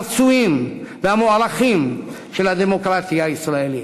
הרצויים והמוערכים של הדמוקרטיה הישראלית.